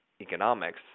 economics